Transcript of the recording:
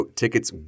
tickets